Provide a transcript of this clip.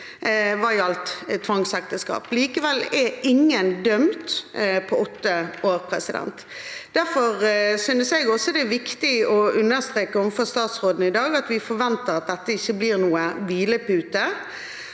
hva gjelder tvangsekteskap. Likevel er ingen dømt på åtte år. Derfor synes jeg også det er viktig å understreke overfor statsråden i dag at vi forventer at dette ikke blir noen hvilepute.